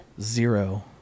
Zero